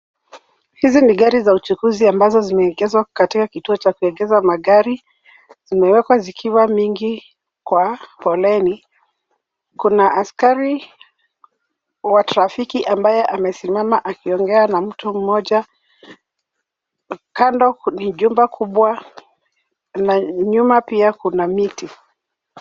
Hizi ni gari za uchukuzi ambazo zimeegezwa katika kituo cha kuegeza magari, zimewekwa zikiwa mingi kwa foleni. Kuna askari wa trafiki ambaye amesimama akiongea na mtu mmoja. Kando ni jumba kubwa na nyuma pia kuna miti.